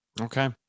Okay